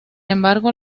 embargo